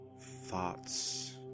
thoughts